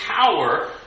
power